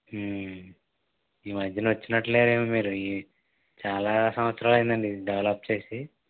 ఈ మధ్యన వచ్చినట్లు లేరేమో మీరు ఈ చాలా సంవత్సరాలు అయిందండి డెవలప్ చేసి